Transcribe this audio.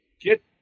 Get